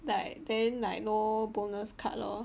like then like bonus cut lor